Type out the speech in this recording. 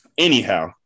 Anyhow